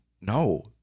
No